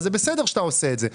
בסדר שאתה עושה את זה.